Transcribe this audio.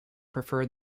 prefer